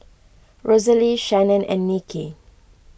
Rosalee Shannon and Nikki